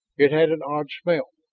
it had an odd smell,